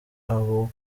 abo